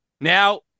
Now